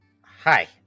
Hi